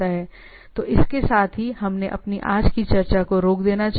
तो इसके साथ ही हमें अपनी आज की चर्चा को रोक देना चाहिए